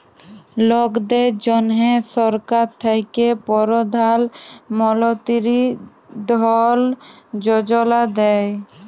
লকদের জ্যনহে সরকার থ্যাকে পরধাল মলতিরি ধল যোজলা দেই